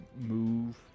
move